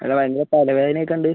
അല്ല ഭയങ്കര തലവേദനയൊക്കെയുണ്ട്